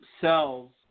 cells